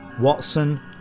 Watson